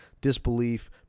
disbelief